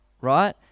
Right